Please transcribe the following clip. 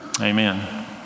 Amen